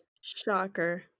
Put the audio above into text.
Shocker